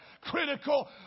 Critical